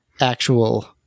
actual